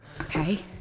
Okay